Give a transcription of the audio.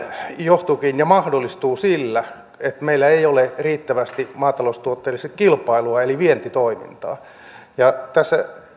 johtuukin ja mahdollistuu sillä että meillä ei ole riittävästi maataloustuotteille kilpailua eli vientitoimintaa tässä